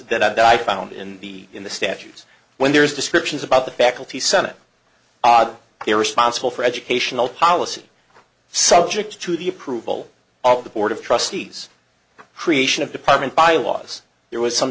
that ice that i found in the in the statues when there's descriptions about the faculty senate odd they're responsible for educational policy subject to the approval of the board of trustees creation of department bylaws there was some